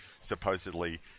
supposedly